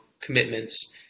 commitments